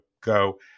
go